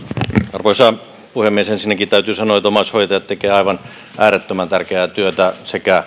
arvoisa puhemies ensinnäkin täytyy sanoa että omaishoitajat tekevät aivan äärettömän tärkeää työtä